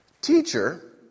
Teacher